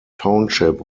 township